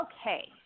okay